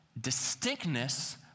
distinctness